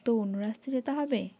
তো অন্য রাস্তায় যেতে হবে